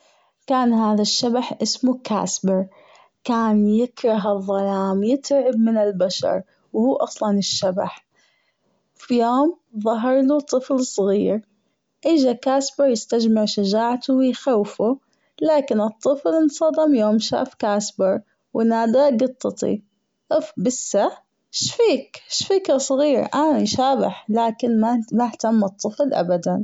كان هذا الشبح أسمه كاسبر كان يكره الظلام يترعب من البشر وهو أصلا الشبح فى يوم ظهرله طفل صغير أجى كاسبر يستجمع شجاعته ويخوفه لكن الطفل أنصدم يوم شاف كاسبر وناداه جطتي أوف بسه أيش فيك أيش فيك ياصغير أنا شبح لكن ما أهتم الطفل أبدا.